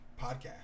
podcast